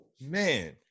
Man